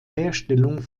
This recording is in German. herstellung